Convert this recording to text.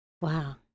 wow